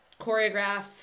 choreograph